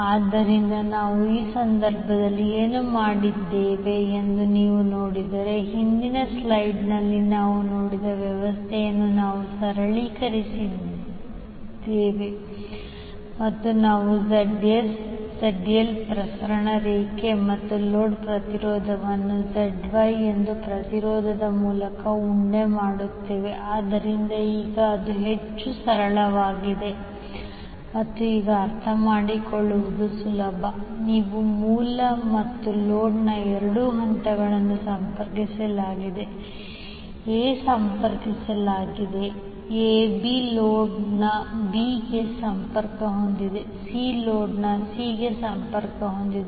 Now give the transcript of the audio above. ಆದ್ದರಿಂದ ನಾವು ಈ ಸಂದರ್ಭದಲ್ಲಿ ಏನು ಮಾಡಿದ್ದೇವೆ ಎಂದು ನೀವು ನೋಡಿದರೆ ಹಿಂದಿನ ಸ್ಲೈಡ್ನಲ್ಲಿ ನಾವು ನೋಡಿದ ವ್ಯವಸ್ಥೆಯನ್ನು ನಾವು ಸರಳೀಕರಿಸಿದ್ದೇವೆ ಮತ್ತು ನಾವು Zs Zl ಪ್ರಸರಣ ರೇಖೆ ಮತ್ತು ಲೋಡ್ ಪ್ರತಿರೋಧವನ್ನು ZY ಎಂಬ ಪ್ರತಿರೋಧದ ಮೂಲಕ ಉಂಡೆ ಮಾಡುತ್ತೇವೆ ಆದ್ದರಿಂದ ಈಗ ಅದು ಹೆಚ್ಚು ಸರಳವಾಗಿದೆ ಮತ್ತು ಈಗ ಅರ್ಥಮಾಡಿಕೊಳ್ಳುವುದು ಸುಲಭ ನೀವು ಮೂಲ ಮತ್ತು ಲೋಡ್ನ ಎರಡೂ ಹಂತಗಳನ್ನು ಸಂಪರ್ಕಿಸಲಾಗಿದೆ A ಸಂಪರ್ಕಿಸಲಾಗಿದೆ A B ಲೋಡ್ನ B ಗೆ ಸಂಪರ್ಕ ಹೊಂದಿದೆ C ಲೋಡ್ನ C ಗೆ ಸಂಪರ್ಕ ಹೊಂದಿದೆ